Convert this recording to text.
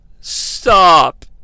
Stop